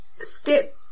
step